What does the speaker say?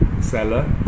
seller